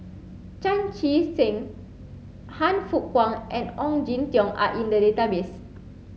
Chan Chee Seng Han Fook Kwang and Ong Jin Teong are in the database